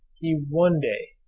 he one day,